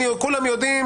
כולם יודעים,